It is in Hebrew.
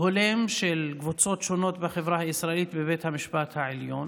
הולם של קבוצות שונות בחברה הישראלית בבית המשפט העליון.